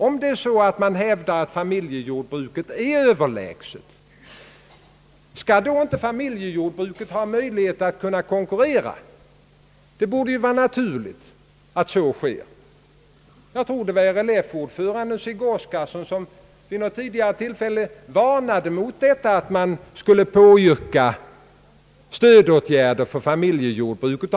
Om familjejordbruket, såsom man hävdar, är överlägset — skall det då inte ha möjlighet att kunna konkurrera? Det borde vara en naturlig följd. RLF-ordföranden Sigge Oscarsson varnade vid ett tidigare tillfälle mot att man skulle påyrka stödåtgärder för familjejordbruket.